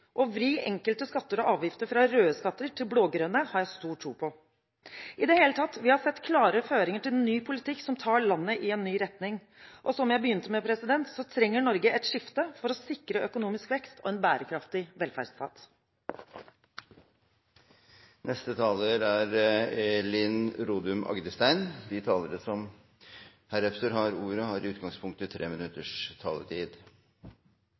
Å vri enkelte skatter og avgifter fra røde skatter til blå-grønne har jeg stor tro på. I det hele tatt: Vi har sett klare føringer til en ny politikk som tar landet i en ny retning, og som jeg begynte med, trenger Norge et skifte for å sikre økonomisk vekst og en bærekraftig velferdsstat. De talere som heretter får ordet, har en taletid på inntil 3 minutter.